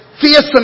fearsome